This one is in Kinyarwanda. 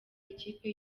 ikipe